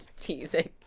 teasing